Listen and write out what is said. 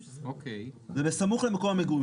זה בסמוך למקום המגורים.